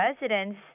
residents